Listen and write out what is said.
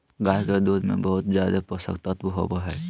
गाय के दूध में बहुत ज़्यादे पोषक तत्व होबई हई